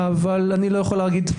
אני לא יכול להגיד.